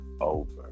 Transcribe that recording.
over